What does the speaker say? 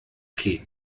okay